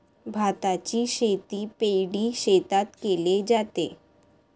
भाताची शेती पैडी शेतात केले जाते